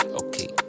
okay